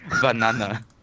banana